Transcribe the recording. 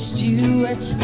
Stewart